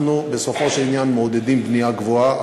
אנחנו בסופו של עניין מעודדים בנייה גבוהה.